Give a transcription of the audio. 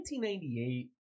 1998